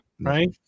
right